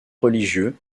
religieux